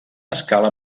escala